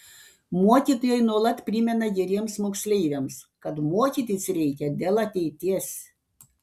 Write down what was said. mokytojai nuolat primena geriems moksleiviams kad mokytis reikia dėl ateities